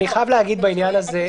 אני חייב להגיד בעניין הזה,